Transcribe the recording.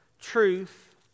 truth